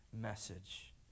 message